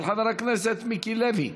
של חבר הכנסת מיקי לוי.